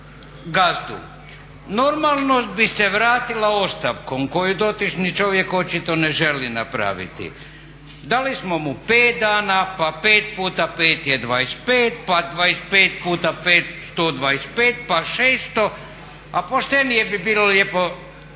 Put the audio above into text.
Normalnost bi se vratila ostavkom koju dotični čovjek očito ne želi napraviti. Dali smo mu 5 dana, pa 5 puta 5 je 25, pa 25 put 5 125 pa 600, a poštenije bi bilo dati